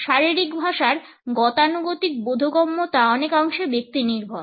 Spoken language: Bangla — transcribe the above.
শারীরিক ভাষার গতানুগতিক বোধগম্যতা অনেকাংশে ব্যক্তিনির্ভর